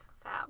fab